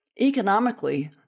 Economically